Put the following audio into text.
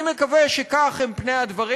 אני מקווה שכך הם פני הדברים.